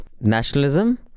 nationalism